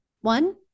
One